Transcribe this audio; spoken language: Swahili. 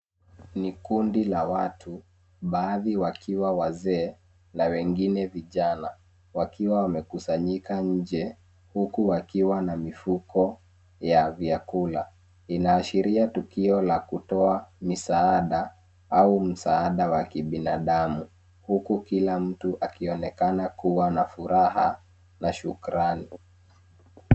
Ni kundi la watu, baadhi wakiwa wazee, na wengine vijana, wakiwa wamekusanyika nje, huku wakiwa na mifuko ya vyakula. Inaashiria tukio la kutoa misaada, au msaada wa kibinadamu, huku kila mtu akionekana kuwa na furaha, na shukrani.